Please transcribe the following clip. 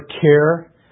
care